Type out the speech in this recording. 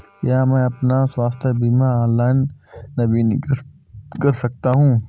क्या मैं अपना स्वास्थ्य बीमा ऑनलाइन नवीनीकृत कर सकता हूँ?